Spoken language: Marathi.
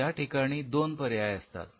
याठिकाणी दोन पर्याय असतात